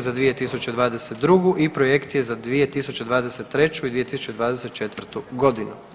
za 2022. i projekcije za 2023. i 2024. godinu.